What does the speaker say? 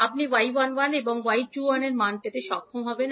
আপনি y11 এবং 𝐲21 এর মান পেতে সক্ষম হবেন